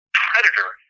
predator